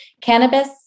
cannabis